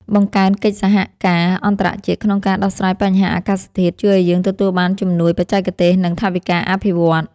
បង្កើនកិច្ចសហការអន្តរជាតិក្នុងការដោះស្រាយបញ្ហាអាកាសធាតុជួយឱ្យយើងទទួលបានជំនួយបច្ចេកទេស និង ថវិកាអភិវឌ្ឍន៍។